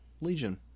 Legion